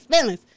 feelings